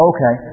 Okay